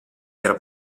era